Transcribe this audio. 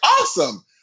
awesome